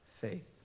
faith